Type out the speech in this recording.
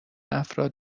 افراد